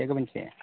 ᱪᱮᱫ ᱠᱚᱵᱮᱱ ᱪᱤᱠᱟᱹᱭᱟ